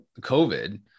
COVID